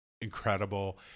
incredible